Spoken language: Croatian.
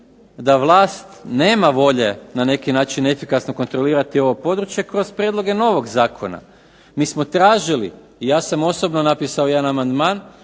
da vlast nema volje na neki način efikasno kontrolirati ovo područje kroz prijedloge novog zakona. Mi smo tražili i ja sam osobno napisao jedan amandman